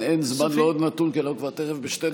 אין זמן לעוד נתון, כי אנחנו תכף בשתי דקות.